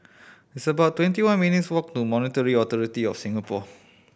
it's about twenty one minutes' walk to Monetary Authority Of Singapore